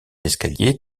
escalier